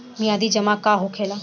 मियादी जमा का होखेला?